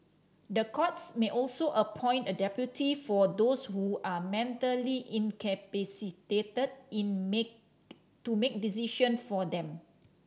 the courts may also appoint a deputy for those who are mentally incapacitated in to make decision for them